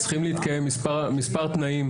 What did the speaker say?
צריכים להתקיים מספר תנאים,